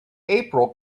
april